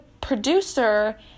producer